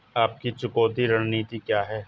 आपकी चुकौती रणनीति क्या है?